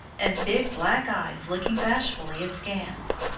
and big black eyes looking bashfully askance.